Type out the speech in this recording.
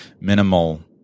minimal